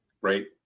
Right